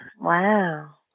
Wow